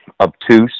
obtuse